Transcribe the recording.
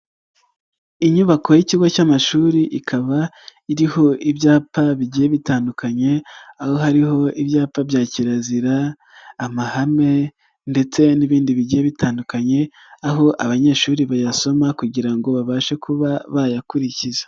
Inyubako y'ikigo cy'amashuri ikaba iriho ibyapa bigiye bitandukanye, aho hariho ibyapa bya kirazira, amahame ndetse n'ibindi bigiye bitandukanye, aho abanyeshuri bayasoma kugira ngo babashe kuba bayakurikiza.